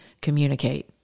communicate